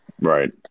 Right